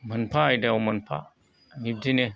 मोनफा आयदायाव मोनफा बिदिनो